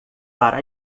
para